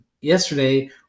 yesterday